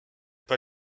pas